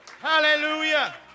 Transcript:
Hallelujah